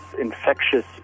infectious